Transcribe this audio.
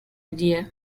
idea